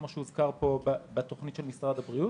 כמו שהוזכר פה בתוכנית של משרד הבריאות,